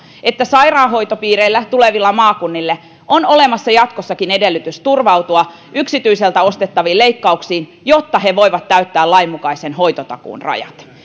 että sairaanhoitopiireillä tulevilla maakunnilla on olemassa jatkossakin edellytys turvautua yksityiseltä ostettaviin leikkauksiin jotta he voivat täyttää lainmukaisen hoitotakuun rajat